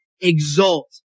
exalt